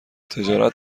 تجارت